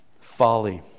folly